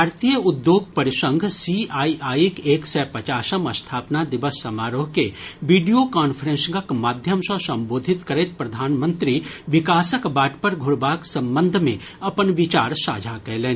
भारतीय उद्योग परिसंघ सीआईआईक एक सय पचासम स्थापना दिवस समारोह के वीडियो कांफ्रेंसिंगक माध्यम सँ सम्बोधित करैत प्रधानमंत्री विकासक बाट पर घुरबाक संबंध मे अपन विचार साझा कयलनि